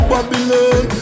Babylon